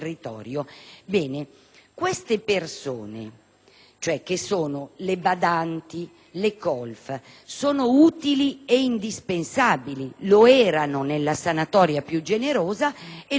queste persone (le badanti, le colf) sono utili ed indispensabili. Lo erano nella sanatoria più generosa e lo sono ancora oggi.